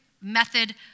method